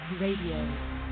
Radio